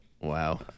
Wow